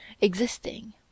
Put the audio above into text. existing